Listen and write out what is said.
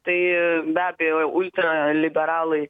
tai be abejo ultra liberalai